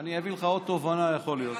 אני אביא לך עוד תובנה, יכול להיות.